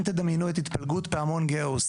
אם תדמיינו את התפלגות פעמון גאוס,